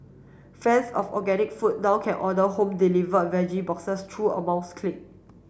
fans of organic food now can order home delivered veggie boxes through a mouse click